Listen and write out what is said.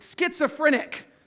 schizophrenic